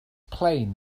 plain